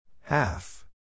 Half